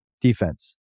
defense